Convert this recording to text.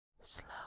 slow